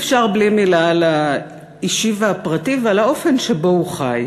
אי-אפשר בלי מילה על האישי והפרטי ועל האופן שבו הוא חי